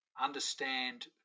understand